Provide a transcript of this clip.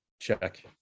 check